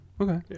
Okay